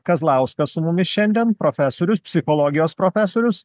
kazlauskas su mumis šiandien profesorius psichologijos profesorius